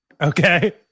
okay